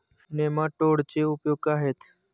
नेमाटोडचे उपयोग काय आहेत?